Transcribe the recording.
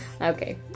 Okay